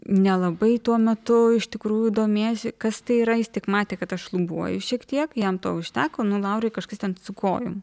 nelabai tuo metu iš tikrųjų domėjosi kas tai yra jis tik matė kad aš šlubuoju šiek tiek jam to užteko nu laurai kažkas ten su kojom